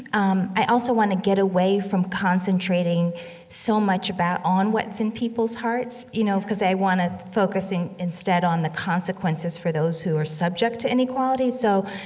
um, i also want to get away from concentrating so much about on what's in people's hearts. you know, because i want to focus instead on the consequences for those who are subject to inequality. so,